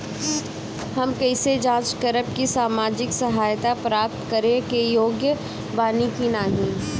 हम कइसे जांच करब कि सामाजिक सहायता प्राप्त करे के योग्य बानी की नाहीं?